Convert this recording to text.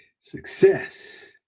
Success